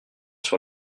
sur